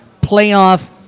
playoff